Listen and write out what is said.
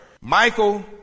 Michael